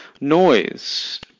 noise